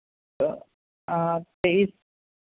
तो अब से इस